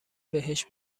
بهش